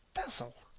basil,